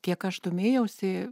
kiek aš domėjausi